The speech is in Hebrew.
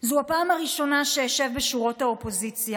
זו הפעם הראשונה שאשב בשורות האופוזיציה